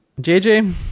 JJ